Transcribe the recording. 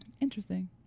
interesting